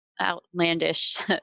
outlandish